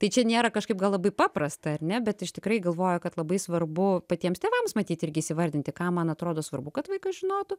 tai čia nėra kažkaip gal labai paprasta ar ne bet aš tikrai galvoju kad labai svarbu patiems tėvams matyt irgi įsivardinti ką man atrodo svarbu kad vaikas žinotų